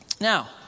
now